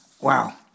Wow